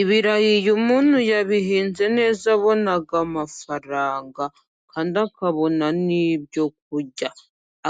Ibirayi iyo muntu yabihinze neza abona amafaranga kandi akabona n'ibyo kurya